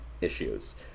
issues